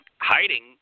hiding